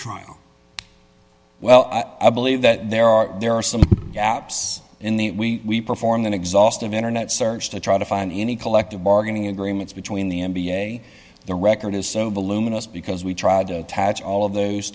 trial well i believe that there are there are some gaps in the we performed an exhaustive internet search to try to find any collective bargaining agreements between the n b a the record is so voluminous because we tried to attach all of those